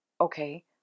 okay